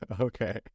Okay